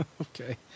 Okay